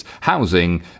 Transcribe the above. housing